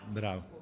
bravo